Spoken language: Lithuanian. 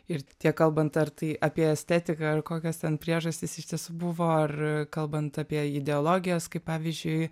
ir tiek kalbant ar tai apie estetiką ar kokias ten priežastis iš tiesų buvo ar kalbant apie ideologijas kaip pavyzdžiui